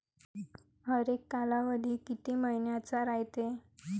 हरेक कालावधी किती मइन्याचा रायते?